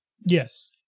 Yes